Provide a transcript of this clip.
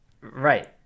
Right